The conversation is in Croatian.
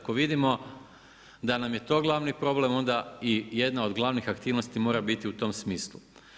Ako vidimo da nam je to glavni problem, onda i jedna od glavnih aktivnosti mora biti u tom smislu.